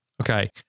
Okay